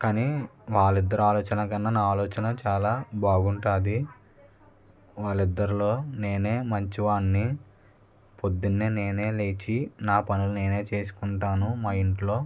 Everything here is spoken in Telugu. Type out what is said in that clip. కానీ వాళ్ళ ఇద్దరి ఆలోచన కన్నా నా ఆలోచన చాలా బాగుంటుంది వాళ్ళ ఇద్దరిలో నేనే మంచివాణ్ణి పొద్దున్నే నేనే లేచి నా పనులు నేనే చేసుకుంటాను మా ఇంట్లో